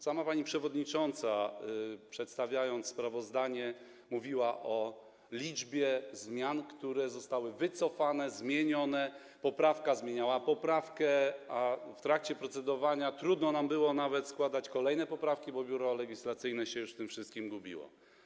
Sama pani przewodnicząca, przedstawiając sprawozdanie, mówiła o liczbie zmian, które zostały wycofane, zmienione, poprawka zmieniała poprawkę, a w trakcie procedowania trudno nam było nawet składać kolejne poprawki, bo Biuro Legislacyjne już się w tym wszystkim gubiło.